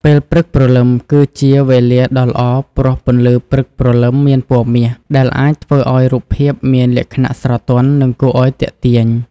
ពេលព្រឹកព្រលឹមគឺជាវេលាដ៏ល្អព្រោះ ពន្លឺព្រឹកព្រលឹមមានពណ៌មាស ដែលអាចធ្វើឲ្យរូបភាពមានលក្ខណៈស្រទន់ និងគួរឲ្យទាក់ទាញ។